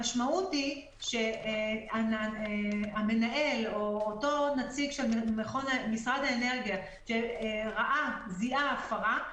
המשמעות היא שהמנהל או אותו נציג של משרד האנרגיה שזיהה הפרה,